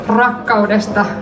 rakkaudesta